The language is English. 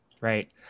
right